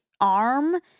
arm